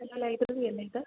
hello ലൈബ്രറിയല്ലേ ഇത്